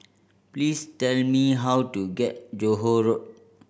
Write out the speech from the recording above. please tell me how to get Johore Road